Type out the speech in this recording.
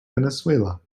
venezuela